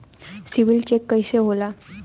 CIBIL check कइसे होला?